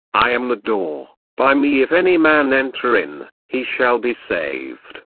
i am the door, by me if any man enter in, he shall be saved.